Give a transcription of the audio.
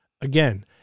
Again